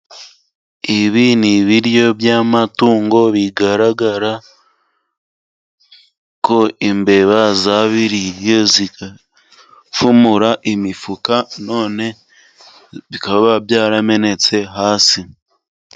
Ibi ni ibiryo by'amatungo bigaragara ko imbeba zabiriye zigapfumura imifuka none bikaba byaramenetse hasi